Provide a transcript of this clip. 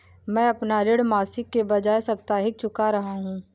मैं अपना ऋण मासिक के बजाय साप्ताहिक चुका रहा हूँ